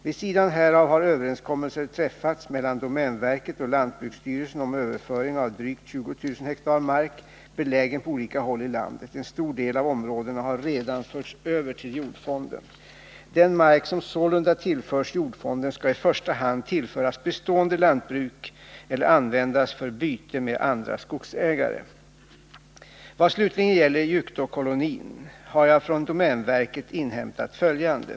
Vid sidan härav har överenskommelser träffats mellan domänverket och lantbruksstyrelsen om överföring av drygt 20 000 ha mark, belägen på olika håll i landet. En stor del av områdena har redan förts över till jordfonden. Den mark som sålunda tillförs jordfonden skall i första hand tillföras bestående lantbruk eller användas för byte med andra skogsägare. Vad slutligen gäller Juktåkolonin har jag från domänverket inhämtat följande.